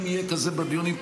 אם יהיה כזה בדיונים,